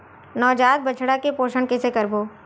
नवजात बछड़ा के पोषण कइसे करबो?